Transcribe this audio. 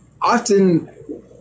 often